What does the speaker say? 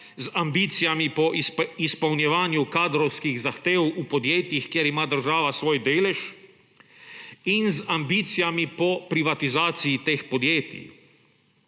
z ambicijami po izpolnjevanju kadrovskih zahtev v podjetjih, kjer ima država svoj delež, in z ambicijami po privatizaciji teh podjetij.